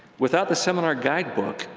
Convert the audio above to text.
without the seminar guidebook,